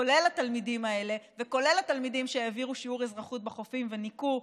כולל התלמידים האלה וכולל התלמידים שהעבירו שיעור אזרחות בחופים וניקו,